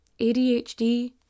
ADHD